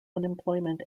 unemployment